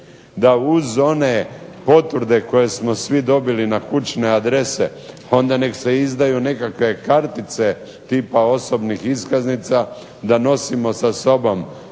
da uz one potvrde koje smo svi dobili na kućne adrese, onda nek se izdaju nekakve kartice tipa osobnih iskaznica da nosimo sa sobom